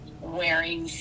wearing